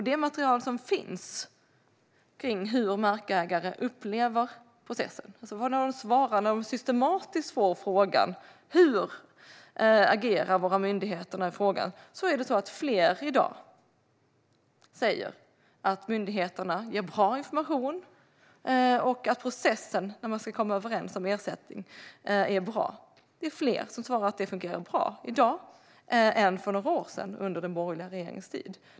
Det material som finns gällande hur markägare upplever processen, i form av deras svar när de systematiskt tillfrågas hur våra myndigheter agerar i denna fråga, visar att fler i dag säger att myndigheterna ger bra information och att processen för att komma överens om ersättning är bra. Det är fler som svarar att det fungerar bra i dag än det var för några år sedan, under den borgerliga regeringens tid.